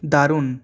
দারুণ